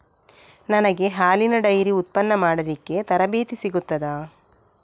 ನನಗೆ ಹಾಲಿನ ಡೈರಿ ಉತ್ಪನ್ನ ಮಾಡಲಿಕ್ಕೆ ತರಬೇತಿ ಸಿಗುತ್ತದಾ?